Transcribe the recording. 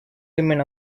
women